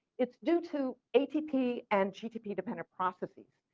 it's due to atp and btp dependent processes.